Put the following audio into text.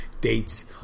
dates